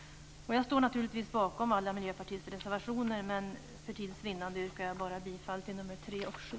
Jag står naturligtvis bakom Miljöpartiets alla reservationer men för tids vinnande yrkar jag bifall bara till reservationerna 3 och 7.